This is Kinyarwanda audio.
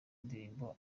indirimbo